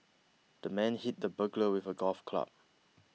the man hit the burglar with a golf club